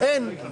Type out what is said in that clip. אתה בהפסקה.